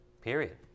Period